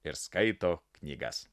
ir skaito knygas